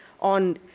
on